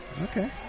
Okay